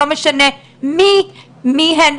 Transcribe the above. לא משנה מי הם,